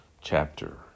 chapter